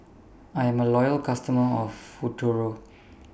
I'm A Loyal customer of Futuro